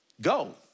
Go